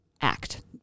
act